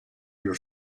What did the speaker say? your